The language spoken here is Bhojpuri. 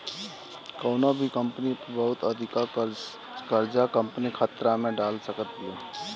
कवनो भी कंपनी पअ बहुत अधिका कर्जा कंपनी के खतरा में डाल सकत बिया